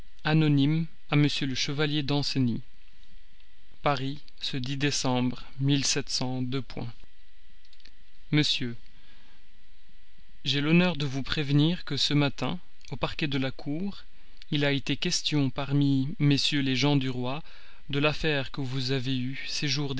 anonyme à monsieur le chevalier danceny monsieur j'ai l'honneur de vous prévenir que ce matin au parquet de la cour il a été question parmi mm les gens du roi de l'affaire que vous avez eue ces